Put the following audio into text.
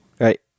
Right